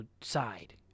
side